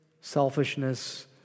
selfishness